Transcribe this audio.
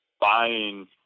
buying